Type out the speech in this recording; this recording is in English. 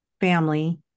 family